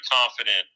confident